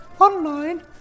Online